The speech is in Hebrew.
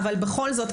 בכל זאת,